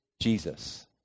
Jesus